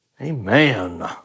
Amen